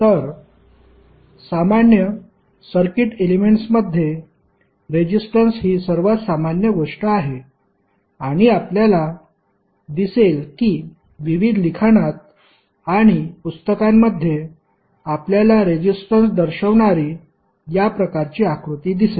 तर सामान्य सर्किट एलेमेंट्समध्ये रेजिस्टन्स ही सर्वात सामान्य गोष्ट आहे आणि आपल्याला दिसेल की विविध लिखाणात आणि पुस्तकांमध्ये आपल्याला रेजिस्टन्स दर्शविणारी या प्रकारची आकृती दिसेल